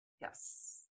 Yes